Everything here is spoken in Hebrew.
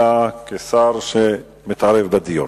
אלא כשר שמתערב בדיון.